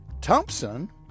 Thompson